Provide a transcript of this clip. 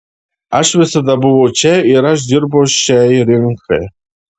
aš visada buvau čia ir aš dirbau šiai rinkai